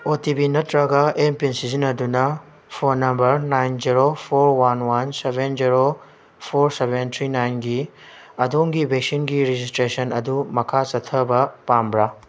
ꯑꯣ T P ꯅꯠꯇ꯭ꯔꯒ M PIN ꯁꯤꯖꯤꯟꯅꯗꯨꯅ phone number nine zero four one one seven zero four seven three ꯅꯥꯏꯟꯒꯤ ꯑꯗꯣꯝꯒꯤ ꯚꯦꯛꯁꯤꯟꯒꯤ ꯔꯦꯖꯤꯁꯇ꯭ꯔꯦꯁꯟ ꯑꯗꯨ ꯃꯈꯥ ꯆꯠꯊꯕ ꯄꯥꯝꯕ꯭ꯔꯥ